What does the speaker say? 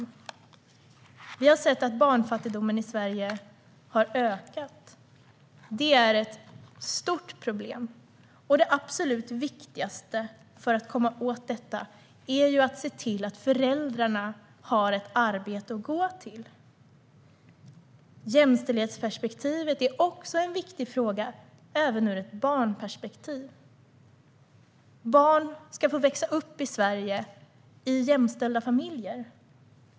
Barnfattigdomen har ökat i Sverige. Det är ett stort problem, och det absolut viktigaste för att komma åt detta är att se till att föräldrarna har ett arbete att gå till. Jämställdhetsperspektivet är också en viktig fråga, även ur ett barnperspektiv. Barn i Sverige ska få växa upp i jämställda familjer.